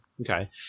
okay